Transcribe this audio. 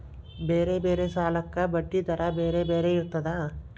ಬೇರೆ ಬೇರೆ ಸಾಲಕ್ಕ ಬಡ್ಡಿ ದರಾ ಬೇರೆ ಬೇರೆ ಇರ್ತದಾ?